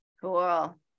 Cool